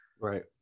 Right